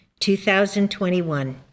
2021